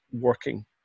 working